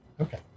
Okay